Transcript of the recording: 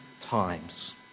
times